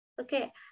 Okay